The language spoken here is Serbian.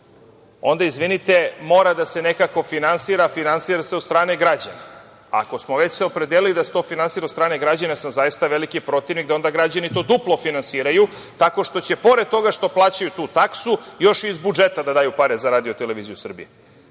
onda, izvinite, moramo da se nekako finansira, a finansira se od strane građana. Ako smo se već opredelili da se to finansira od strane građana zaista sam veliki protivnik da to onda građani duplo finansiraju tako što će pored toga što plaćaju tu taksu još i iz budžeta da daju pare za RTS. Zašto to da se